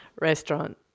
restaurant